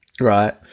right